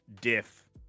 Diff